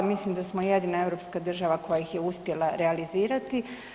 Mislim da smo jedina europska država koja ih je uspjela realizirati.